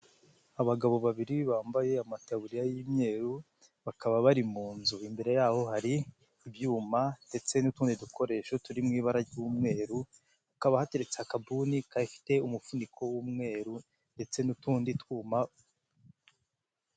Abagabo babiri bambaye amatabuririya y'imyeru bakaba bari mu nzu, imbere yabo hari ibyuma ndetse n'utundi dukoresho turi mu ibara ry'umweru, hakaba hateretse akabuni gayifite umuvuniko w'umweru ndetse n'utundi twuma.